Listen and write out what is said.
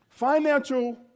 Financial